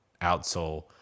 outsole